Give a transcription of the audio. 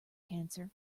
cancer